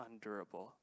undurable